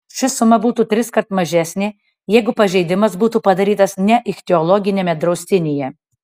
ši suma būtų triskart mažesnė jeigu pažeidimas būtų padarytas ne ichtiologiniame draustinyje